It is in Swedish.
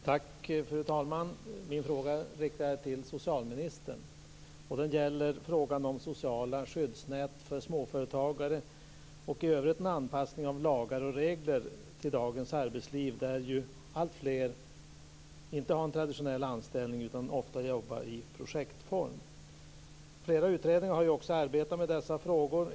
Fru talman! Min fråga riktar jag till socialministern. Det gäller frågan om sociala skyddsnät för småföretagare och i övrigt en anpassning av lagar och regler till dagens arbetsliv där alltfler inte har traditionell anställning utan ofta jobbar i projektform. Flera utredningar har också arbetat med dessa frågor.